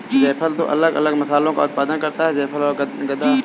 जायफल दो अलग अलग मसालों का उत्पादन करता है जायफल और गदा